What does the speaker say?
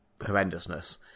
horrendousness